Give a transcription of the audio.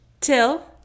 till